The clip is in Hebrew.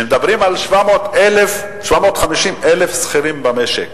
אנחנו יודעים שמדברים על 750,000 שכירים במשק,